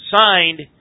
signed